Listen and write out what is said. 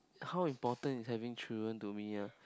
how important is having children to me ah